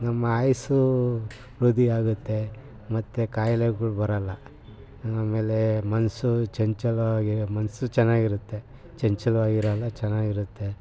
ನಮ್ಮ ಆಯಸ್ಸು ವೃದ್ಧಿಯಾಗುತ್ತೆ ಮತ್ತು ಕಾಯ್ಲೆಗಳು ಬರೋಲ್ಲ ಆಮೇಲೆ ಮನಸು ಚಂಚಲವಾಗಿದೆ ಮನಸು ಚೆನ್ನಾಗಿರುತ್ತೆ ಚಂಚಲವಾಗಿರೋಲ್ಲ ಚೆನ್ನಾಗಿರುತ್ತೆ